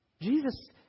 Jesus